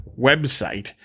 website